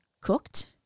cooked